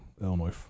Illinois